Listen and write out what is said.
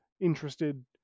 interested